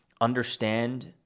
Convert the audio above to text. understand